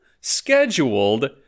scheduled